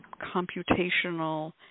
computational